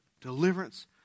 deliverance